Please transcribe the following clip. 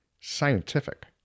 scientific